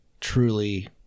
Truly